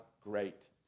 great